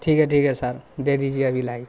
ٹھیک ہے ٹھیک ہے سر دے دیجیے ابھی لائٹ